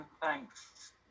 Thanks